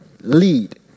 lead